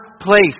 place